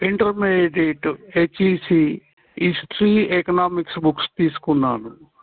intermediate HEC history economics books తీసుకున్నాను